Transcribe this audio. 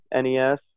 NES